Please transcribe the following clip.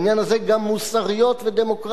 בעניין הזה גם מוסריות ודמוקרטיות,